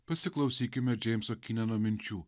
pasiklausykime džeimso kineno minčių